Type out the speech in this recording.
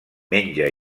menja